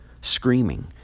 screaming